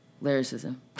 Lyricism